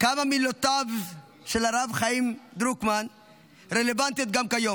כמה מילותיו של הרב חיים דרוקמן רלוונטיות גם כיום,